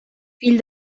fill